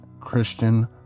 Christian